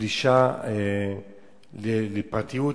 הפלישה לפרטיות,